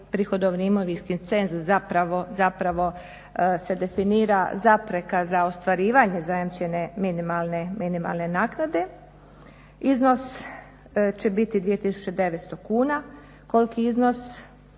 prihodovni imovinski cenzus zapravo se definira zapreka za ostvarivanje zajamčene minimalne naknade. Iznos će biti 2900 kuna, koliko iznosi